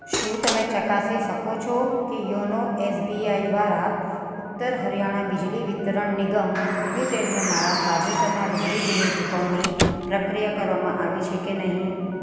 શું તમે ચકાસી શકો છો કે યોનો એસબીઆઇ દ્વારા ઉત્તર હરિયાણા બિજલી વિતરણ નિગમ લિમિટેડને મારાં તાજેતરનાં વીજળી બિલની ચુકવણી પ્રક્રિયા કરવામાં આવી છે કે નહીં